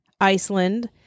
Iceland